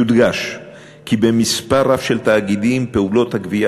יודגש כי במספר רב של תאגידים פעולות הגבייה